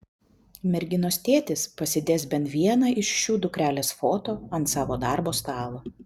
merginos tėtis pasidės bent vieną iš šių dukrelės foto ant savo darbo stalo